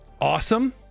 awesome